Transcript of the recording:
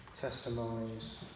testimonies